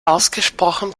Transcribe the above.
ausgesprochen